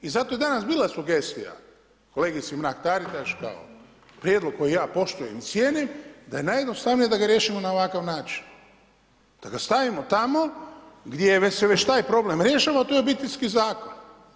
I zato je danas bila sugestija kolegici Mrak-Taritaš kao prijedlog koji ja poštujem i cijenim da je najjednostavnije da ga riješimo na ovakav način, da ga stavimo tamo gdje se već taj problem rješava, a to je Obiteljski zakon.